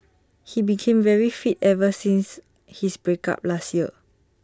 he became very fit ever since his break up last year